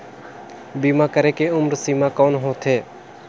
बीमा करे के उम्र सीमा कौन होथे?